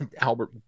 Albert